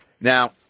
Now